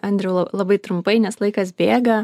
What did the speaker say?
andriau labai trumpai nes laikas bėga